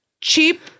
Cheap